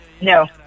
no